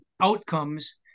outcomes